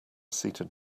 seated